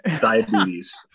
Diabetes